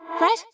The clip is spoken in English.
right